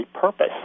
purpose